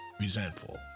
resentful